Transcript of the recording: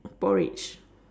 porridge